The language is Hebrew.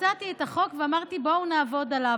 מצאתי את החוק ואמרתי: בואו נעבוד עליו.